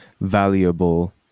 valuable